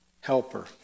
helper